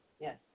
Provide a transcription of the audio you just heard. Yes